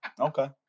Okay